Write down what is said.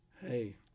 hey